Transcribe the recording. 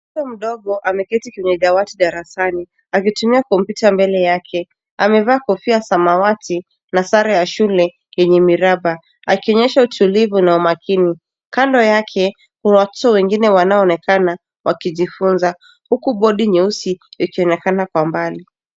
Mtoto mdogo ameketi kwenye dawati darasani akitumia kompyuta mbele yake. Amevaa kofia ya samawati na sare ya shule yenye miraba akionyesha utulivu na umakini. Kando yake kuna watoto wengine wanaoonekana wakijifunza, huku bodi nyeusi ikionekana kwa mbali.